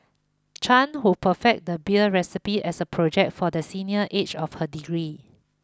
Chan who perfected the beer recipe as a project for the senior each of her degree